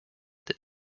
that